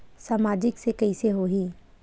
सामाजिक से कइसे होही?